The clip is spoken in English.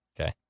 Okay